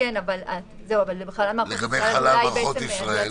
מה לגבי חלל מערכות ישראל?